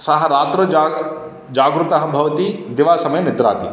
सः रात्रौ जाग जाग्रुतः भवति दिवासमये निद्राति